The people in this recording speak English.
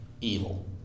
evil